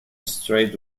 straight